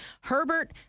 Herbert